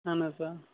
اَہَن حظ آ